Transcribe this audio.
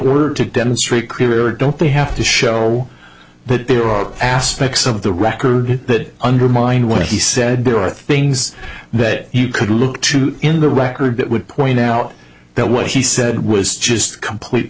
order to demonstrate clearly or don't they have to show that there are aspects of the record that undermine what he said there are things that you could look to in the record that would point out that what he said was just complete